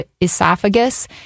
esophagus